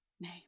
Nay